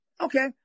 Okay